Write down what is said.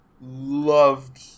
loved